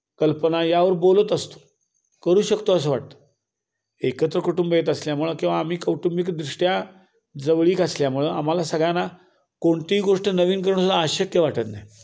कल्पना यावर बोलत असतो करू शकतो असं वाटतं एकत्र कुटुंब येत असल्यामुळं किंवा आम्ही कौटुंबिकदृष्ट्या जवळीक असल्यामुळं आम्हाला सगळ्यांना कोणतीही गोष्ट नवीन करणंसुद्धा अशक्य वाटत नाही